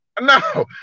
No